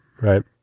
right